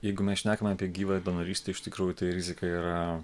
jeigu mes šnekame apie gyvąją donorystę iš tikrųjų tai rizika yra